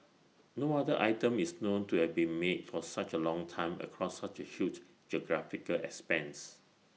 no other item is known to have been made for such A long time across such A huge geographical expanse